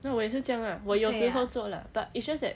ya 我也是这样 lah 我有时候做 lah but it's just that